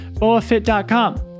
boafit.com